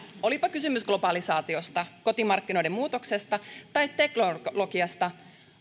olipa kysymys globalisaatiosta kotimarkkinoiden muutoksesta tai teknologiasta